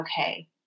okay